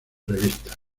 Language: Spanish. revistas